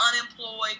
unemployed